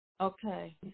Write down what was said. Okay